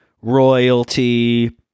royalty